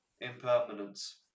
Impermanence